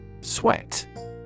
Sweat